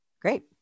Great